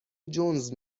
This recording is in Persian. جونز